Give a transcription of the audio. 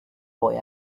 boy